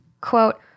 Quote